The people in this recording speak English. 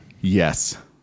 Yes